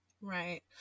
Right